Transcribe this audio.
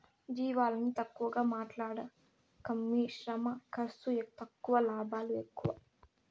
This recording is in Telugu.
జీవాలని తక్కువగా మాట్లాడకమ్మీ శ్రమ ఖర్సు తక్కువ లాభాలు ఎక్కువ